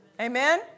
Amen